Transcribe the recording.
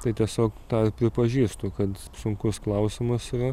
tai tiesiog tą pripažįstu kad sunkus klausimas yra